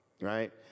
right